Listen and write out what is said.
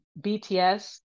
bts